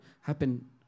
happen